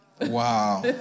Wow